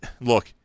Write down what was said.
look